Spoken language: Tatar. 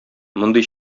мондый